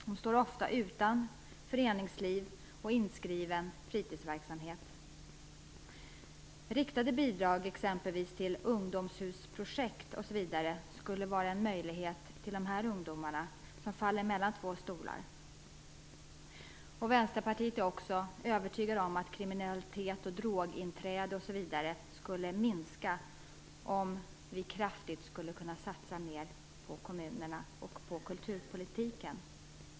De står ofta utanför föreningsliv och inskriven fritidsverksamhet. Riktade bidrag till t.ex. ungdomshusprojekt och liknande skulle vara en möjlighet för dessa ungdomar som faller mellan två stolar. Vi i Vänsterpartiet är också övertygade om att kriminalitet och droginträde skulle minska om vi kraftigt satsade på kommunerna och kulturpolitiken.